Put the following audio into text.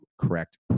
correct